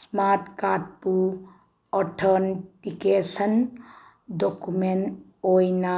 smart ꯀꯥꯔꯠꯄꯨ authentication document ꯑꯣꯏꯅ